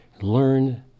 learn